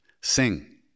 sing